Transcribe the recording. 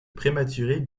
prématurée